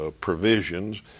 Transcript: provisions